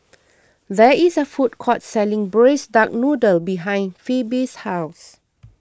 there is a food court selling Braised Duck Noodle behind Phebe's house